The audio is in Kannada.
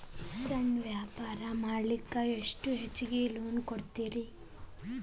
ಸಣ್ಣ ವ್ಯಾಪಾರ ಮಾಡ್ಲಿಕ್ಕೆ ಎಷ್ಟು ಹೆಚ್ಚಿಗಿ ಲೋನ್ ಕೊಡುತ್ತೇರಿ?